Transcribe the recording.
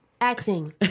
acting